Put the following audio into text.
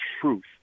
truth